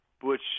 Butch